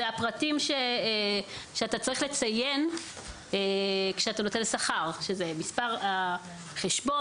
אלה הפרטים שאתה צריך לציין כשאתה נותן שכר שזה מספר החשבון,